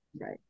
Right